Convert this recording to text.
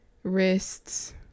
Wrists